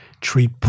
treat